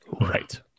Right